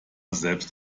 selbst